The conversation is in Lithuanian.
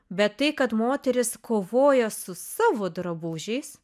bet tai kad moterys kovoja su savo drabužiais